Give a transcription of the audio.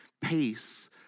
peace